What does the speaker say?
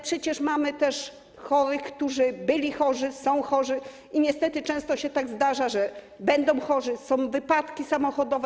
Przecież mamy też chorych, którzy byli chorzy, są chorzy i niestety często się tak zdarza, że będą chorzy, są wypadki samochodowe.